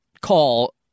call